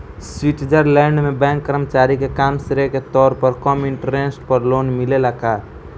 Switzerland में bank के कर्मचारी के काम के श्रेय के तौर पर कम इंटरेस्ट पर लोन मिलेला का?